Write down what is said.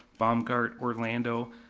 baumgart, orlando,